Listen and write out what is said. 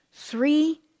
Three